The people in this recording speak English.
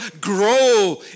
grow